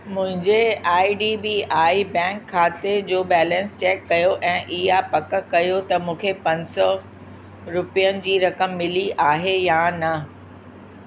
मुंहिंजे I D B I bank खाते जो बैलेंस चैक कयो ऐं इहा पकु कयो त मूंखे पंज सौ रुपयनि जी रक़म मिली आहे या न